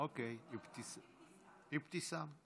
אוקיי, אבתיסאם.